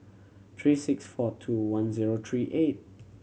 three six four two one zero three eight